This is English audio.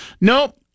Nope